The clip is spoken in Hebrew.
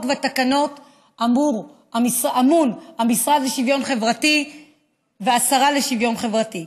והתקנות אמון המשרד לשוויון חברתי והשרה לשוויון חברתי.